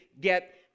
get